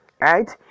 right